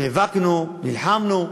נאבקנו, נלחמנו,